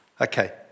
Okay